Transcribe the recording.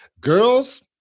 girls